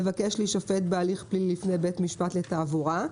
לבקש להישפט בהליך פלילי לפני בית משפט לתעבורה.